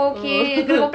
oh